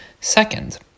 Second